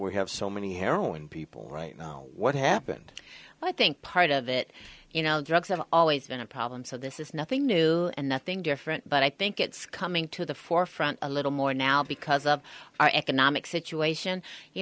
we have so many heroin people right now what happened i think part of it you know drugs have always been a problem so this is nothing new and nothing different but i think it's coming to the forefront a little more now because of our economic situation you